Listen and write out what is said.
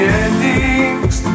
endings